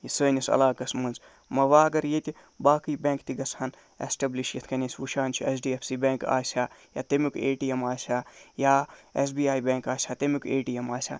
یہِ سٲنِس علاقَس منٛز ووٚنۍ گوٚو اَگر ییٚتہِ باقٕے بٮ۪نک تہِ گژھٕ ہَن اٮ۪سٹٮ۪بلِش یِتھ کٔنۍ زَن أسۍ وٕچھان چھِ H D F C bank آسے یا تَمیُک اے ٹی ایم آسہِ ہا یا ایس بی آیی بینک آسے تَمیُک اے ٹی ایم آسے